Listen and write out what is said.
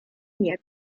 nie